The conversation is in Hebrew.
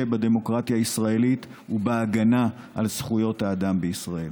בדמוקרטיה הישראלית ובהגנה על זכויות האדם בישראל.